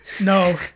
no